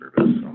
service